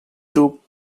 took